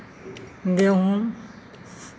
गेहूँ